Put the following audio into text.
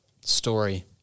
story